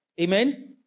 Amen